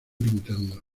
pintando